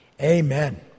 Amen